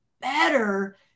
better